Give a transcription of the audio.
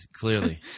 Clearly